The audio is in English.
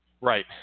Right